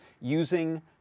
using